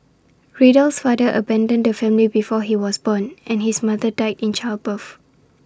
Riddle's father abandoned the family before he was born and his mother died in childbirth